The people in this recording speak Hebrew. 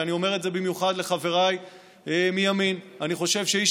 ואני אומר את זה במיוחד לחבריי מימין: אני חושב שאיש